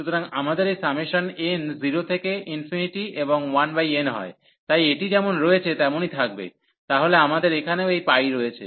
সুতরাং আমাদের এই সামেশন n 0 থেকে ∞ এবং 1n হয় তাই এটি যেমন রয়েছে তেমনই থাকবে তাহলে আমাদের এখানেও এই π রয়েছে